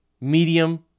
Medium